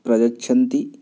प्रयच्छन्ति